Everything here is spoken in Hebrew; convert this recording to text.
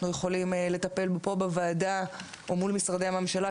יכולים לטפל פה בוועדה או מול משרדי הממשלה,